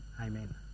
Amen